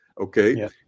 okay